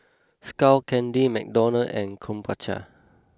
Skull Candy McDonald's and Krombacher